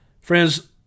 Friends